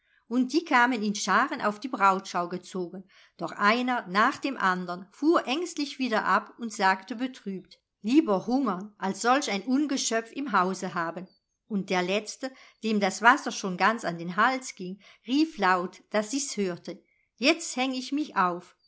und die kamen in scharen auf die brautschau gezogen doch einer nach dem andern fuhr ängstlich wieder ab und sagte betrübt lieber hungern als solch ein ungeschöpf im hause haben und der letzte dem das wasser schon ganz an den hals ging rief laut daß sie's hörte jetzt häng ich mich auf